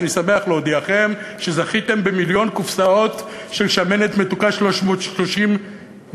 אני שמח להודיעכם שזכיתם במיליון קופסאות של שמנת מתוקה 330 מיליליטר,